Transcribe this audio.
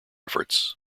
efforts